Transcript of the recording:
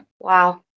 Wow